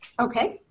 Okay